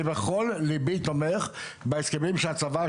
אני בכל ליבי תומך בהסכמים שהצבא,